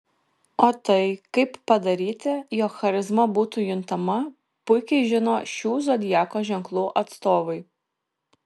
o tai kaip padaryti jog charizma būtų juntama puikiai žino šių zodiako ženklų atstovai